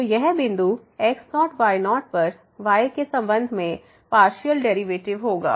तो यह बिंदु x0 y0 पर y के संबंध में पार्शियल डेरिवेटिव होगा